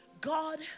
God